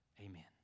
Amen